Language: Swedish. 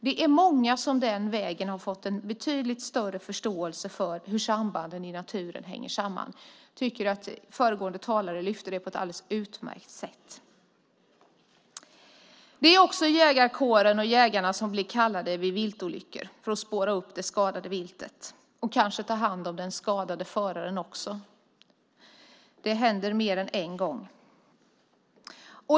Det är många som den vägen har fått en betydligt större förståelse för sambanden i naturen. Jag tycker att föregående talare lyfte fram detta på ett alldeles utmärkt sätt. Det är också jägarkåren och jägarna som blir kallade vid viltolyckor för att spåra upp det skadade viltet och kanske också ta hand om den skadade föraren. Det har hänt mer än en gång.